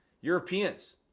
Europeans